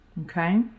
Okay